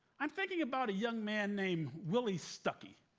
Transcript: i'm thinking about a young man named willie stuckey.